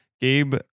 Gabe